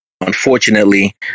unfortunately